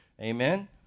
Amen